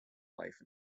life